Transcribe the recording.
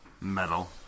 metal